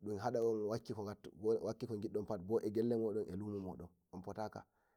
dun hada on wakki ko giddon eh gelle mon eh lomomon onpotaka.